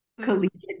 collegiate